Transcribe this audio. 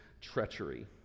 treachery